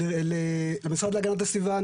למשרד להגנת הסביבה,